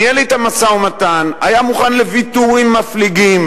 ניהל אתם משא-ומתן, היה מוכן לוויתורים מפליגים,